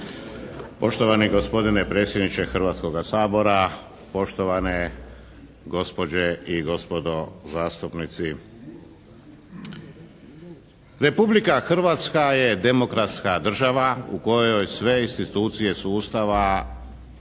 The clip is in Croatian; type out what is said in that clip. Poštovani gospodine predsjedniče Hrvatskoga sabora, poštovane gospođe i gospodo zastupnici. Republika Hrvatska je demokratska država u kojoj sve institucije sustava